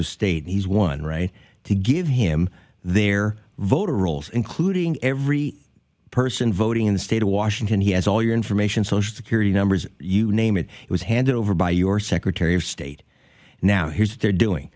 of state he's one right to give him their voter rolls including every person voting in the state of washington he has all your information social security numbers you name it it was handed over by your secretary of state now here's they're doing